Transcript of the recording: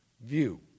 view